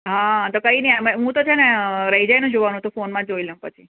હા તો કંઈ નહીં આમાં હું તો છે ને રહી જાય ને જોવાનું તો ફોનમાં જ જોઈ લઉં પછી